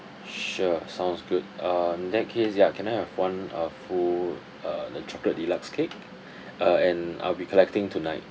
sure sounds good uh in that case ya can I have one uh fu~ uh the chocolate deluxe cake uh and I'll be collecting tonight